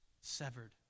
severed